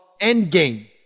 Endgame